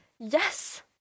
yes